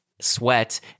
sweat